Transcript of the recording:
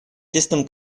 тесном